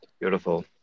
Beautiful